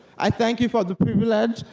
i thank you for the privilege,